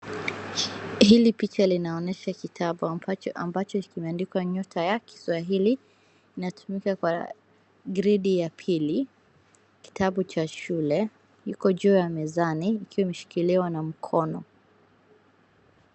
Hili picha linaonesha kitabu ambacho kimeandikwa "nyota ya kiswahili", inatumika kwa gredi ya pili, kitabu cha shule iko juu ya mezani ikiwa imeshikiliwa na mkono.